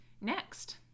next